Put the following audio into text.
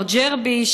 מר ג'רבי,